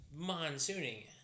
monsooning